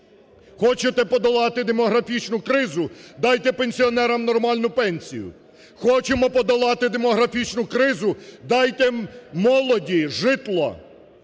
Хочете подолати демографічну кризу, дайте пенсіонерам нормальну пенсію. Хочемо подолати демографічну кризу, дайте молоді житло.